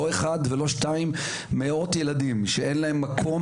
לא אחד ולא שתיים מאות ילדים שאין להם מקום